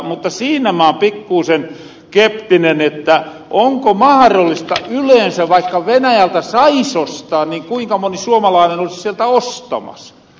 mutta siinä mä oon pikkuusen keptinen onko mahrollista yleensä vaikka venäjältä sais ostaa niin kuinka moni suomalaanen olis sieltä ostamas